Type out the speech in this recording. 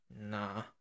Nah